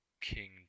King